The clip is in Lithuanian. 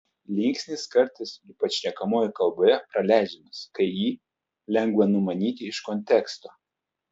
linksnis kartais ypač šnekamojoje kalboje praleidžiamas kai jį lengva numanyti iš konteksto